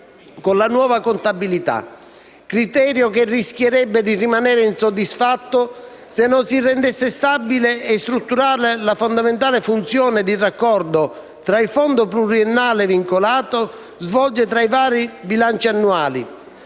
con la nuova contabilità. Tale criterio che rischierebbe di rimanere insoddisfatto se non si rendesse stabile e strutturata la fondamentale funzione di raccordo che il fondo pluriennale vincolato svolge tra i vari bilanci annuali,